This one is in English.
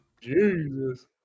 Jesus